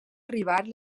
arribar